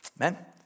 Amen